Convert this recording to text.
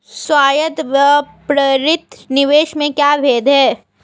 स्वायत्त व प्रेरित निवेश में क्या भेद है?